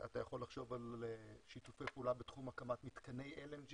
אתה יכול לחשוב על שיתופי פעולה בתחום הקמת מתקני LNG